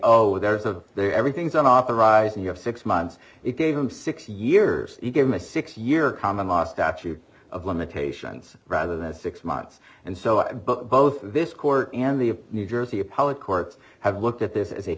oh there's a there everything's on authorizing you have six months it gave him six years he gave him a six year common law statute of limitations rather than six months and so i booked both this court and the new jersey appellate courts have looked at this as a